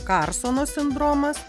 karsono sindromas